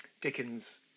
Dickens